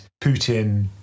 Putin